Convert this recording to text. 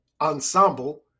ensemble